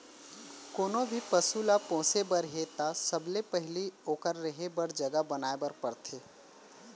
कोनों भी पसु ल पोसे बर हे त सबले पहिली ओकर रहें बर जघा बनाए बर परथे